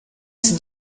esse